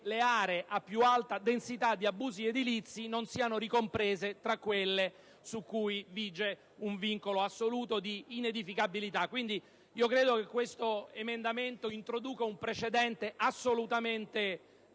le aree a più alta densità di abusi edilizi non siano ricomprese tra quelle su cui vige un vincolo assoluto di inedificabilità. Quindi credo che l'emendamento in esame introduca un precedente assolutamente